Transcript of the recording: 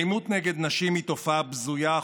אלימות נגד נשים היא תופעה בזויה,